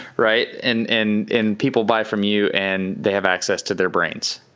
right? and and and people buy from you and they have access to their brains.